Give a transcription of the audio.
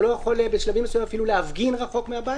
או לא יכול בשלבים מסוימים אפילו להפגין רחוק מהבית